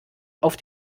auf